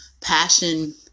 passion